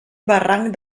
barranc